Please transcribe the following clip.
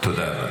החוצה.